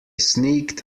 sneaked